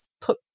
put